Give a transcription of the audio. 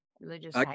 religious